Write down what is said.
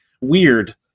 Weird